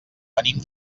venim